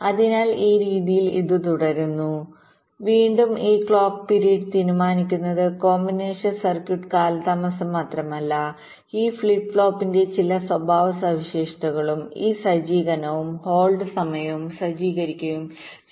അതിനാൽ ഈ രീതിയിൽ ഇത് തുടരുന്നു വീണ്ടും ഈ ക്ലോക്ക് പിരീഡ് തീരുമാനിക്കുന്നത് കോമ്പിനേഷണൽ സർക്യൂട്ട് കാലതാമസം മാത്രമല്ല ഈ ഫ്ലിപ്പ് ഫ്ലോപ്പിന്റെ ചില സ്വഭാവസവിശേഷതകളും ഈ സജ്ജീകരണവും ഹോൾഡ് സമയവും സജ്ജീകരിക്കുകയും ശരിയായി പിടിക്കുകയും ചെയ്യുക